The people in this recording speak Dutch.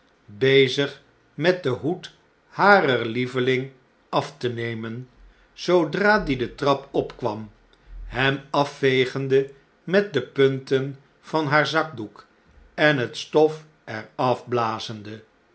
bezig met den hoed barer lieveling af te nemen zoodra die de trap opkwam hem afvegende met de punten van haar zakdoek en het stof er af blazende